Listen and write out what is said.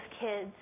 kids